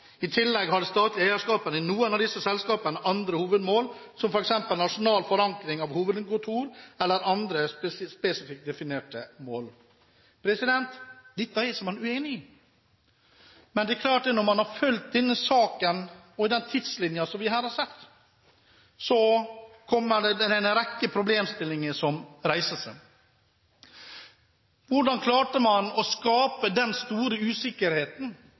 I tillegg har det statlige eierskapet i noen av disse selskapene andre hovedmål, som eksempelvis nasjonal forankring av hovedkontor eller andre spesifikt definerte mål.» Dette er man ikke uenig i, men det er klart at når man har fulgt saken og den tidslinjen vi her har sett, reises det en rekke problemstillinger. Hvordan klarte man å skape den store usikkerheten